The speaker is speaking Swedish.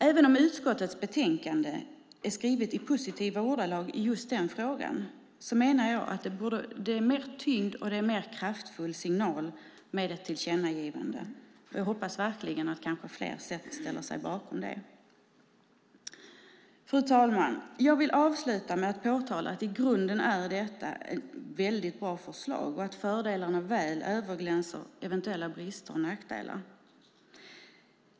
Även om utskottets betänkande är skrivet i positiva ordalag i just den frågan menar jag att det är mer tyngd i och är en mer kraftfull signal med ett tillkännagivande. Jag hoppas verkligen att fler ställer sig bakom det. Fru talman! Jag vill avsluta med att påtala att detta i grunden är ett mycket bra förslag och att fördelarna väl överglänser eventuella brister och nackdelar.